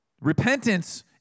Repentance